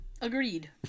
Agreed